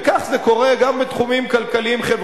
וכך זה קורה גם בתחומים כלכליים-חברתיים.